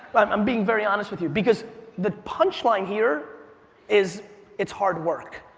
i'm being very honest with you because the punchline here is, it's hard work.